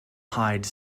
hide